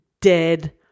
dead